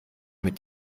mit